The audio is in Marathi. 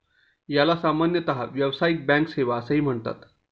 याला सामान्यतः व्यावसायिक बँक सेवा असेही म्हणतात